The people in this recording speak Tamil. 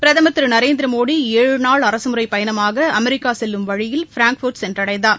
பிரதம் திரு நரேந்திரமோடி ஏழு நாள் அரசுமுறைப் பயணமாக அமெரிக்கா செல்லும் வழியில் ப்ராங்பெர்ட் சென்றடைந்தார்